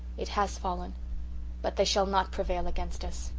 it has fallen but they shall not prevail against us!